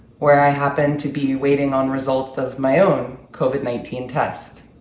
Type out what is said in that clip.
where i happened to be waiting on results of my own covid nineteen test.